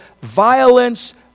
violence